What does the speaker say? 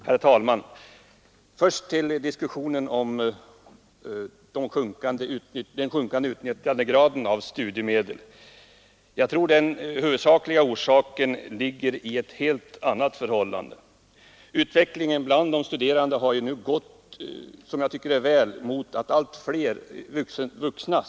Herr talman! Till att börja med skall jag beröra diskussionen om den sjunkande utnyttjandegraden i fråga om studiemedel. Jag tror att den huvudsakliga orsaken ligger i ett helt annat förhållande än i det som här åberopats. Utvecklingen bland de studerande har, vilket jag tycker är bra, gått mot en ökning av antalet vuxenstuderande.